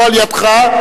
לא על-ידך.